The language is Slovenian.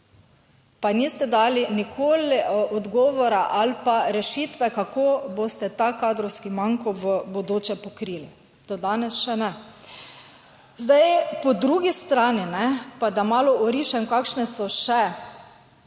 Pa niste dali nikoli odgovora ali pa rešitve, kako boste ta kadrovski manko v bodoče pokrili, do danes še ne. Po drugi strani pa, da malo orišem, kakšne so še